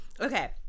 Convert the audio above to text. Okay